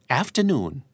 afternoon